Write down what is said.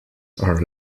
are